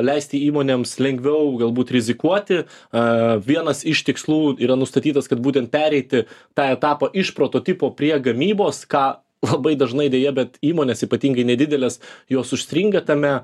leisti įmonėms lengviau galbūt rizikuoti a vienas iš tikslų yra nustatytas kad būtent pereiti tą etapą iš prototipo prie gamybos ką labai dažnai deja bet įmonės ypatingai nedidelės jos užstringa tame